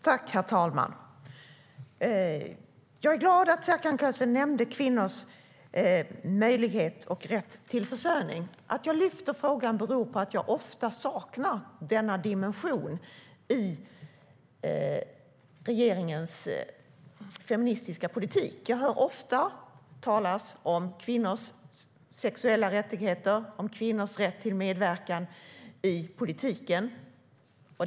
Herr talman! Jag är glad att Serkan Köse nämnde kvinnors möjlighet och rätt till försörjning. Att jag lyfter frågan beror på att jag ofta saknar denna dimension i regeringens feministiska politik. Jag hör ofta talas om kvinnors sexuella rättigheter och om kvinnors rätt till medverkan i politiken.